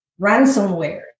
ransomware